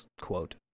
quote